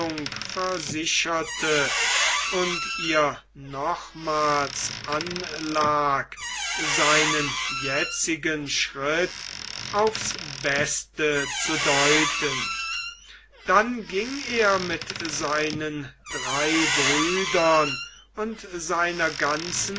versicherte und ihr nochmals anlag seinen jetzigen schritt aufs beste zu deuten dann ging er mit seinen drei brüdern und seiner ganzen